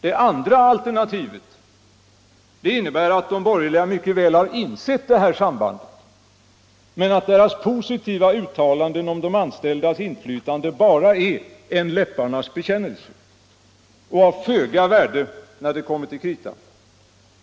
Det andra alternativet innebär att de borgerliga mycket väl har insett det här sambandet men att deras positiva uttalanden om de anställdas inflytande bara är en läpparnas bekännelse och av föga värde när det kommer till kritan.